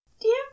Dear